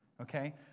Okay